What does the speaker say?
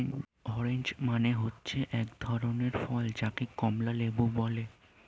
orange মানে হচ্ছে এক ধরনের ফল যাকে কমলা লেবু বলে